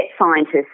scientists